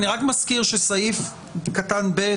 אני רק מזכיר, שסעיף (ב)